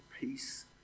peace